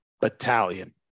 Battalion